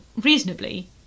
reasonably